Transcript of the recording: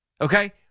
Okay